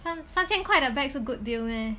三三千块的 bag 是 good deal meh